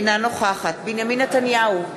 אינה נוכחת בנימין נתניהו,